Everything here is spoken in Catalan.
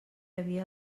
havia